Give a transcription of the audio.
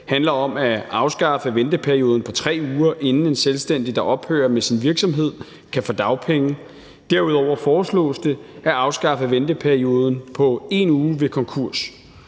handler om at afskaffe venteperioden på 3 uger, inden en selvstændig, der ophører med sin virksomhed, kan få dagpenge, og derudover foreslås det at afskaffe venteperioden på 1 uge ved konkurs.